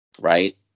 Right